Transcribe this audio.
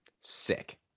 Sick